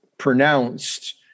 pronounced